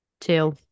Two